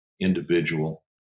individual